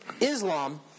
Islam